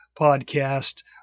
podcast